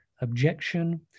objection